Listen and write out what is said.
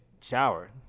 shower